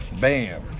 Bam